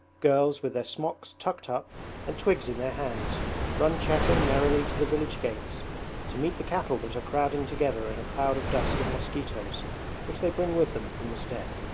girls with their smocks tucked up and twigs in their hands run chatting merrily to the village gates to meet the cattle that are crowding together in a cloud of dust and mosquitoes which they bring with them from the steppe.